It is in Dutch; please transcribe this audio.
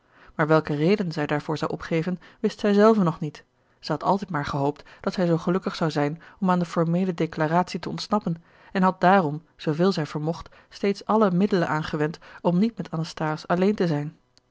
maar welke reden zij daarvoor zou opgeven wist zij zelve nog niet zij had altijd maar gehoopt dat zij zoo gelukkig zou zijn om aan de formele declaratie te ontsnappen en had daarom zooveel zij vermocht steeds alle middelen aangewend om niet met anasthase alleen te zijn